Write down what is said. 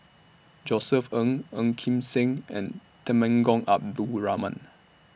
Josef Ng Ong Kim Seng and Temenggong Abdul Rahman